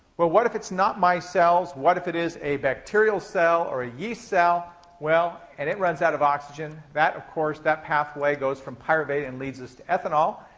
well, what if it's not my cells? what if it is a bacterial cell or a yeast cell and it runs out of oxygen? that, of course, that pathway goes from pyruvate and leads us to ethanol.